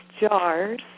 jars